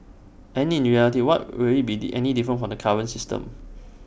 and in reality will were be did any different from the current system